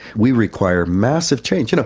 we require massive change. you know